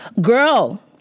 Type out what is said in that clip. Girl